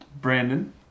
Brandon